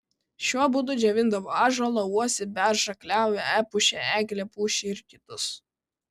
šiuo būdu džiovindavo ąžuolą uosį beržą klevą epušę eglę pušį ir kitus